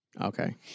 Okay